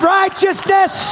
righteousness